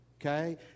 okay